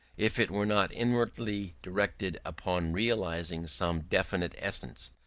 if it were not inwardly directed upon realising some definite essence.